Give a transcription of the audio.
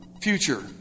future